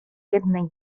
jednej